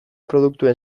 produktuen